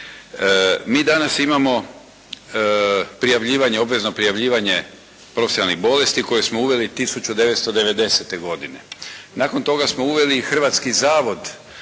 Mi danas imamo prijavljivanje, obavezno prijavljivanje profesionalnih bolesti koje smo uveli 1990. godine. Nakon toga smo uveli i Hrvatski zavod